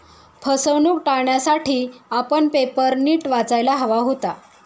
फसवणूक टाळण्यासाठी आपण पेपर नीट वाचायला हवा होता